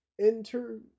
Enter